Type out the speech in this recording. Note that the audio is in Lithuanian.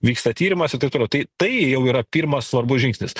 vyksta tyrimas ir taip toliau tai tai jau yra pirmas svarbus žingsnis